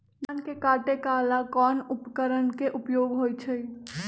धान के काटे का ला कोंन उपकरण के उपयोग होइ छइ?